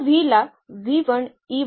आणि हा एक आधार का आहे